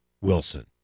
Wilson